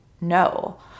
no